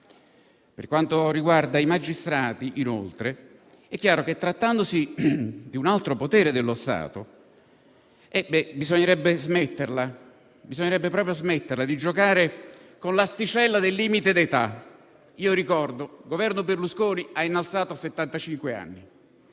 Per quanto riguarda i magistrati, inoltre, è chiaro che, trattandosi di un altro potere dello Stato, bisognerebbe smetterla di giocare con l'asticella del limite d'età. Ricordo che il Governo Berlusconi ha innalzato il